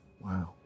Wow